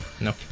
No